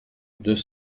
deux